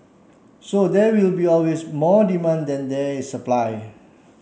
so there will be always more demand than there is supply